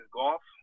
golf